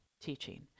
teaching